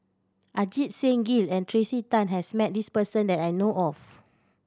Ajit Singh Gill and Tracey Tan has met this person that I know of